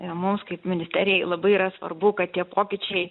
mums kaip ministerijai labai yra svarbu kad tie pokyčiai